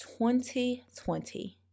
2020